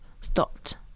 stopped